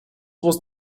was